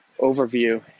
overview